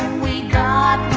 we got